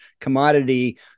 commodity